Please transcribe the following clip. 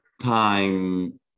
time